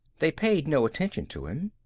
they paid no attention to him.